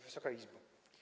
Wysoka Izbo!